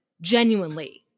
genuinely